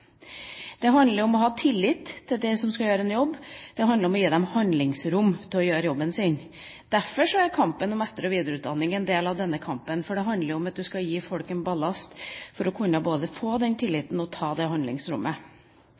det gjelder å skrelle ned. Det handler om å ha tillit til dem som skal gjøre en jobb, det handler om å gi dem handlingsrom til å gjøre jobben sin. Derfor er kampen om etter- og videreutdanning en del av denne kampen, for det handler om å gi folk en ballast til både å kunne få den tilliten og til å ta det handlingsrommet.